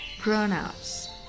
grown-ups